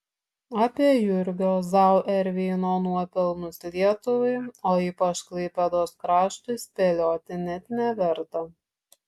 apie jurgio zauerveino nuopelnus lietuvai o ypač klaipėdos kraštui spėlioti net neverta